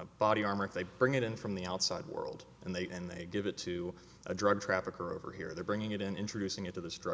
a body armor they bring it in from the outside world and they and they give it to a drug trafficker over here they're bringing it in introducing it to this drug